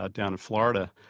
ah down in florida.